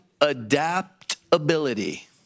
adaptability